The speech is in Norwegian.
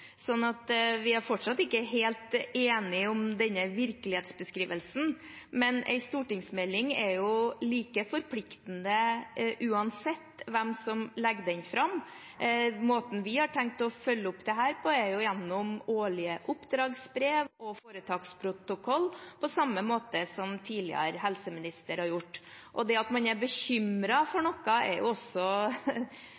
virkelighetsbeskrivelsen. Men en stortingsmelding er jo like forpliktende uansett hvem som legger den fram. Måten vi har tenkt å følge opp dette på, er gjennom årlige oppdragsbrev og foretaksprotokoll – på samme måte som den tidligere helseministeren gjorde. Og det at man er bekymret for